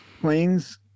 Planes